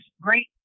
great